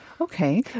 Okay